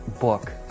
book